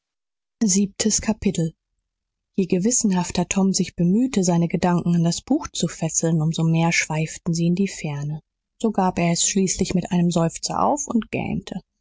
siebentes kapitel je gewissenhafter tom sich bemühte seine gedanken an das buch zu fesseln um so mehr schweiften sie in die ferne so gab er es schließlich mit einem seufzer auf und